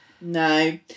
No